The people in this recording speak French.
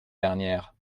dernière